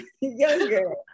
younger